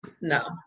no